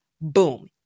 Boom